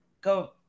go